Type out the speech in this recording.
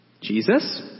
Jesus